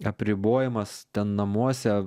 apribojamas ten namuose